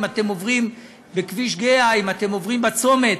אם אתם עוברים בכביש גהה, אם אתם עוברים בצומת,